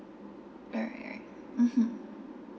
alright right mmhmm